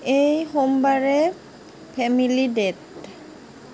এই সোমবাৰে family date